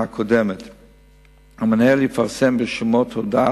נכללו המינים הפולשניים ברשימה זו והומלץ להשתמש בהם?